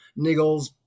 niggles